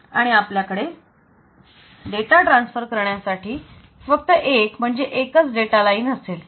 आणि आपल्याकडे data transfer करण्यासाठी फक्त एक म्हणजे एकच डेटा लाईन असेल